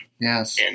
yes